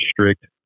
strict